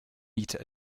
meter